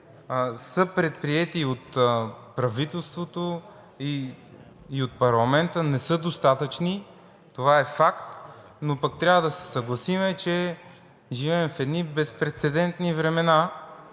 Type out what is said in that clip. са предприети от правителството и от парламента, не са достатъчни – това е факт, но пък трябва да се съгласим, че живеем в едни безпрецедентни времена.